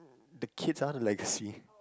the kids I want a legacy